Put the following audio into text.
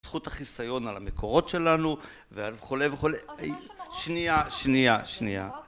זכות החיסיון על המקורות שלנו וכולי וכולי שנייה שנייה שנייה